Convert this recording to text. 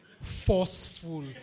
forceful